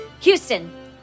Houston